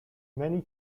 many